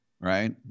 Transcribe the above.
right